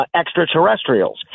extraterrestrials